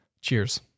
Cheers